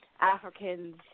Africans